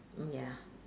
mm ya